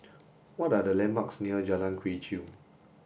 what are the landmarks near Jalan Quee Chew